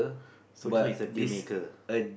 so this one is a deal maker